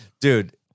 dude